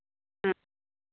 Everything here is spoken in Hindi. हाँ